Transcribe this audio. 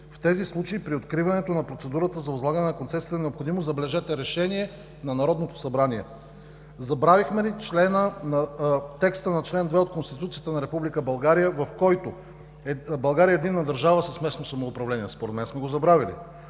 В тези случаи при откриването на процедурата за възлагане на концесията е необходимо, забележете, решение на Народното събрание. Забравихме ли текста на чл. 2 от Конституцията на Република България, в който: „Република България е единна държава с местно самоуправление. …“? Според мен сме го забравили.